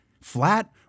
Flat